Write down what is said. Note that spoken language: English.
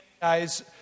guys